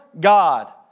God